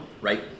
Right